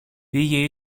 πήγε